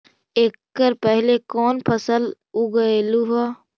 एकड़ पहले कौन फसल उगएलू हा?